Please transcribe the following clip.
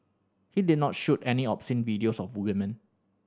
he did not shoot any obscene videos of women